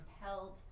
compelled